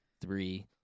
three